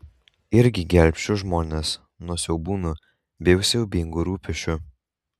irgi gelbsčiu žmones nuo siaubūnų bei siaubingų rūpesčių